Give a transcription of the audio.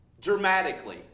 Dramatically